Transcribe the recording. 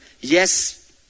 Yes